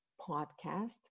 podcast